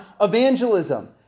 evangelism